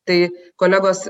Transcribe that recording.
tai kolegos